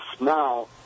now